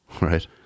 Right